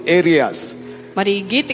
areas